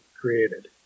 created